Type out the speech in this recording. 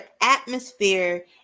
atmosphere